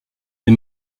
des